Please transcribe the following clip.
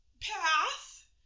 path